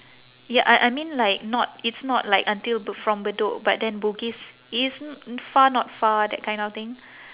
ya I I mean like not it's like not like until from bedok but then bugis is n~ far not far that kind of thing